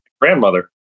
grandmother